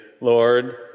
Lord